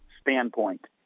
standpoint